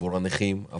הנכים,